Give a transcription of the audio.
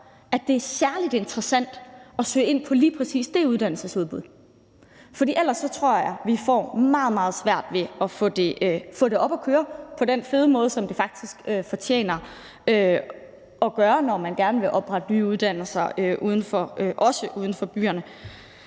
at det er særlig interessant at søge ind på lige præcis det uddannelsesudbud, for ellers tror jeg, vi får meget, meget svært ved at få det op at køre på den fede måde, som det faktisk fortjener at blive kørt på, når man gerne vil oprette nye uddannelser også uden for byerne.